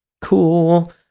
Cool